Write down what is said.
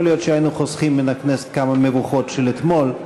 להיות שהיינו חוסכים מן הכנסת כמה מהמבוכות של אתמול,